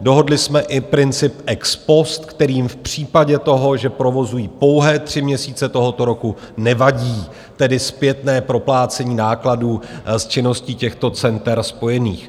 Dohodli jsme i princip ex post, kterým v případě toho, že provozují pouhé tři měsíce tohoto roku, nevadí tedy zpětné proplácení nákladů s činností těchto center spojených.